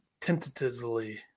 tentatively